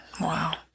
Wow